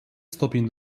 stopień